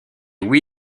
oui